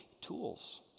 Tools